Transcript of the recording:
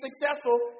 successful